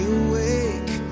awake